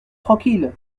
tranquille